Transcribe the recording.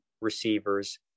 receivers